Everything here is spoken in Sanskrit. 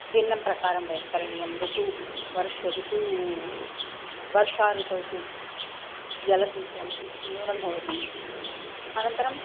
भिन्नं प्रकारेण वयं करणीयं ऋतुः वर्ष ऋतुः वर्षा ऋतौ तु जलसिञ्चनं किञ्चित् न्यूनं भवति अनन्तरम्